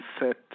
set